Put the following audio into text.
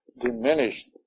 diminished